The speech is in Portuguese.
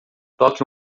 toque